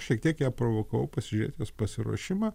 šiek tiek ją provokavau pasižiūrėt jos pasiruošimą